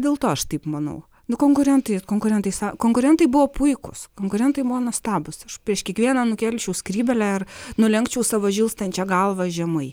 dėl to aš taip manau nu konkurentai konkurentai sa konkurentai buvo puikūs konkurentai buvo nuostabūs aš prieš kiekvieną nukelčiau skrybėlę ar nulenkčiau savo žilstančią galvą žemai